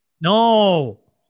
No